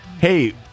Hey